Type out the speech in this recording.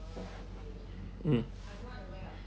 mm